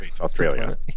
Australia